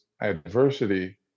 adversity